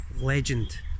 legend